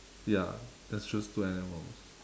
ya just choose two animals